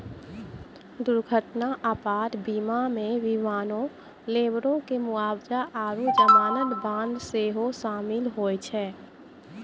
दुर्घटना आपात बीमा मे विमानो, लेबरो के मुआबजा आरु जमानत बांड सेहो शामिल होय छै